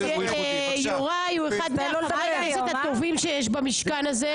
תדע לך שיוראי הוא אחד מחברי הכנסת הטובים שיש במשכן הזה,